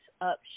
up